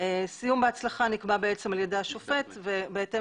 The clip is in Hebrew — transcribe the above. סיום בהצלחה נקבע על-ידי השופט ובהתאם